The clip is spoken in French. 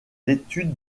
l’étude